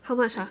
how much ah